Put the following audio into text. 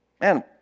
man